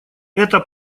это